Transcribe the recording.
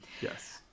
Yes